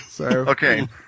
Okay